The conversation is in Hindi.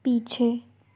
पीछे